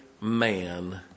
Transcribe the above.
man